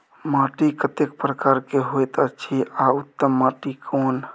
माटी कतेक प्रकार के होयत अछि आ उत्तम माटी कोन?